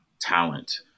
talent